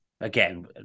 again